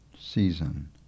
season